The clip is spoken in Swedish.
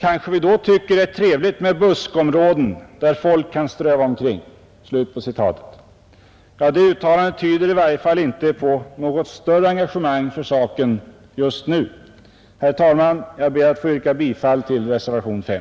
Kanske vi då tycker att det är trevligt med buskområden där folk kan ströva omkring.” Det uttalandet tyder i varje fall inte på något engagemang för saken just nu. Herr talman! Jag ber att få yrka bifall till reservationen 5.